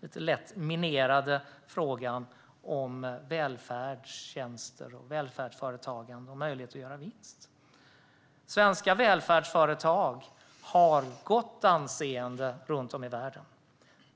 lite lätt minerade frågan om välfärdstjänster, välfärdsföretag och möjlighet att göra vinst. Svenska välfärdsföretag har gott anseende runt om i världen.